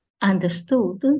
understood